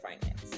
finance